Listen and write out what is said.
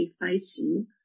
facing